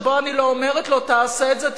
שבו אני לא אומרת לו: תעשה את זה,